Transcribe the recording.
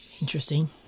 Interesting